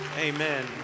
Amen